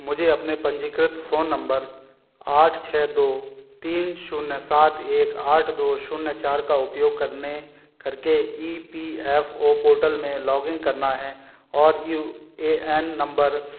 मुझे अपने पंजीकृत फोन नम्बर आठ छः दो तीन शून्य सात एक आठ दो शून्य चार का उपयोग करने करके E P F O portal में लॉगिन करना है और यू ए एन नम्बर